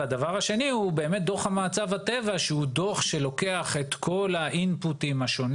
הדבר השני הוא דוח מצב הטבע שלוקח את כל האינפוטים השונים